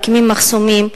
מקימים מחסומים,